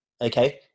okay